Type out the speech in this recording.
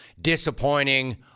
disappointing